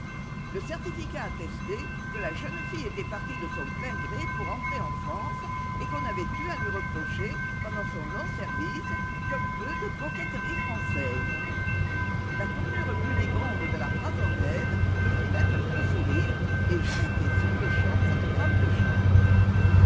le certificat attestait que la jeune fille était partie de son plein gré pour rentrer en france et qu'on n'avait eu à lui reprocher pendant son long service qu'un peu de coquetterie française la tournure pudibonde de la phrase anglaise me fit même un peu sourire et j'arrêtai sur-le-champ cette femme de chambre